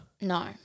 no